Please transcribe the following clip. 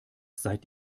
seid